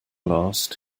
last